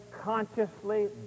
consciously